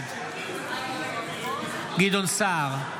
בעד גדעון סער,